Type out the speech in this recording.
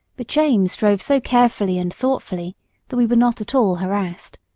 but james drove so carefully and thoughtfully that we were not at all harassed.